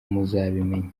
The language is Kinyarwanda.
muzabimenya